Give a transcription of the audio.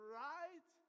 right